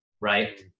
right